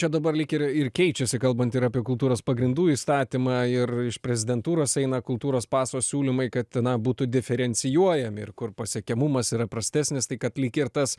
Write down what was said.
čia dabar lyg ir keičiasi kalbant ir apie kultūros pagrindų įstatymą ir iš prezidentūros eina kultūros paso siūlymai kad na būtų diferencijuojami ir kur pasiekiamumas yra prastesnis tai kad lyg ir tas